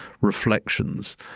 reflections